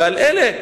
ואלה,